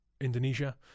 Indonesia